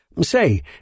Say